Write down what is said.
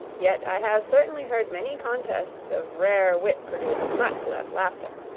yet i have certainly heard many contests of rare wit produce much less laughter.